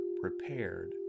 prepared